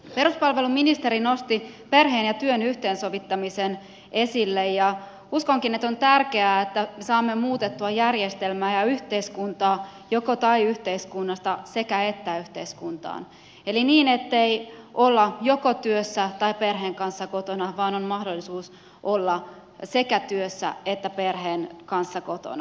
peruspalveluministeri nosti perheen ja työn yhteensovittamisen esille ja uskonkin että on tärkeää että saamme muutettua järjestelmää ja yhteiskuntaa jokotai yhteiskunnasta sekäettä yhteiskuntaan eli niin ettei olla joko työssä tai perheen kanssa kotona vaan on mahdollisuus olla sekä työssä että perheen kanssa kotona